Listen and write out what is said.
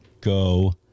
go